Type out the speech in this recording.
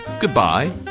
Goodbye